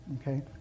okay